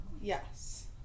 Yes